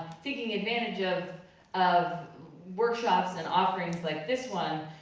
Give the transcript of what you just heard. taking advantage of of workshops and offerings like this one,